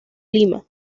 lima